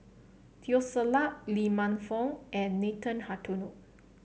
Teo Ser Luck Lee Man Fong and Nathan Hartono